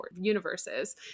universes